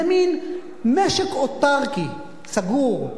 זה מין משק אוטרקי, סגור,